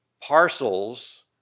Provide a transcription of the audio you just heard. parcels